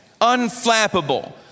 Unflappable